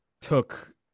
took